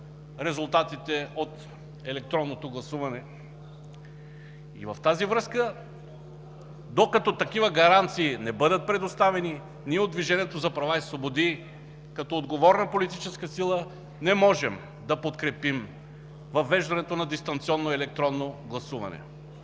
резултатите от електронното гласуване. В тази връзка, докато не бъдат предоставени такива гаранции, ние от Движението за права и свободи, като отговорна политическа сила, не можем да подкрепим въвеждането на дистанционно електронно гласуване.